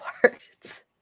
parts